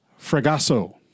Fregasso